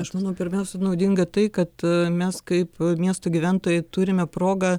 aš manau pirmiausia naudinga tai kad mes kaip miestų gyventojai turime progą